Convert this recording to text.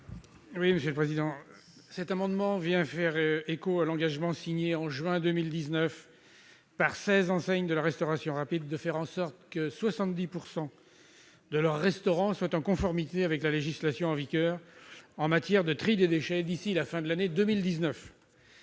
à M. Joël Bigot. Cette proposition vient faire écho à l'engagement signé en juin 2019, par seize enseignes de la restauration rapide, de faire en sorte que 70 % de leurs restaurants soient en conformité avec la législation en vigueur en matière de tri des déchets d'ici à la fin de l'année 2019.